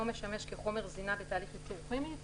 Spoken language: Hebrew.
משמש כחומר זינה בתהליך ייצור כימי",